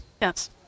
Yes